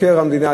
למבקר המדינה,